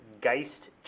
Geist